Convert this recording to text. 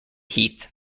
heath